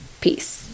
Peace